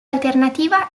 alternativa